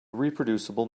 reproducible